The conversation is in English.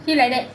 see like that